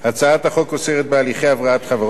הצעת החוק עוסקת בהליכי הבראת חברות.